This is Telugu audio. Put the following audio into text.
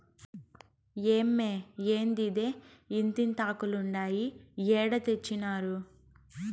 ఏమ్మే, ఏందిదే ఇంతింతాకులుండాయి ఏడ తెచ్చినారు